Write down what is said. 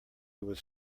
was